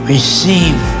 Receive